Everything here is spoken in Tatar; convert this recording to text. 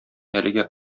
әлегә